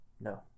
No